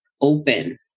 open